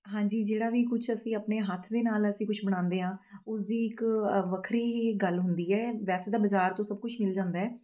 ਹਾਂਜੀ ਜਿਹੜਾ ਵੀ ਕੁਛ ਅਸੀਂ ਆਪਣੇ ਹੱਥ ਦੇ ਨਾਲ ਅਸੀਂ ਕੁਛ ਬਣਾਉਂਦੇ ਹਾਂ ਉਸਦੀ ਇੱਕ ਵੱਖਰੀ ਹੀ ਗੱਲ ਹੁੰਦੀ ਹੈ ਵੈਸੇ ਤਾਂ ਬਜ਼ਾਰ ਤੋਂ ਸਭ ਕੁਛ ਮਿਲ ਜਾਂਦਾ ਹੈ